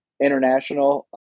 international